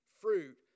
fruit